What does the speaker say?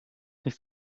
nicht